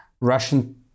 Russian